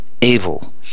evil